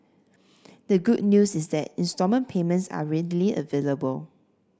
the good news is that instalment payments are readily available